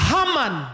Haman